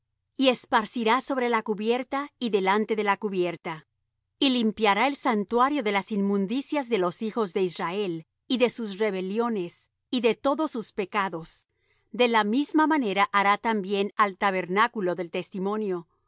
y esparcirá sobre la cubierta y delante de la cubierta y limpiará el santuario de las inmundicias de los hijos de israel y de sus rebeliones y de todos sus pecados de la misma manera hará también al tabernáculo del testimonio el